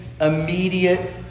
immediate